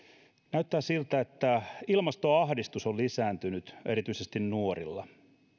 näyttää siltä että ilmastoahdistus on lisääntynyt erityisesti nuorilla